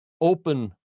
open